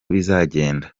bizagenda